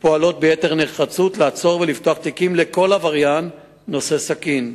פועלות ביתר נחרצות לעצור ולפתוח תיקים לכל עבריין נושא סכין,